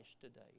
today